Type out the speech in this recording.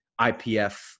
IPF